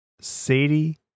Sadie